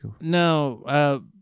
No